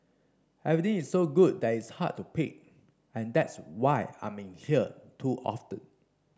everything is so good that it's hard to pick and that's why I'm in here too often